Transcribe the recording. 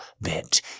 bit